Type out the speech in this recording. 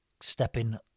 stepping